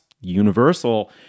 universal